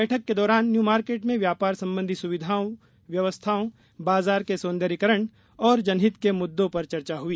बैठक के दौरान न्यू मार्केट में व्यापार संबंधी सुविधाओं व्यवस्थाओं बाजार के सौन्दर्यीकरण और जनहित के मुद्दों पर चर्चा हुई